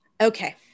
Okay